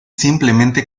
simplemente